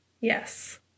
Yes